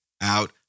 out